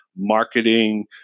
marketing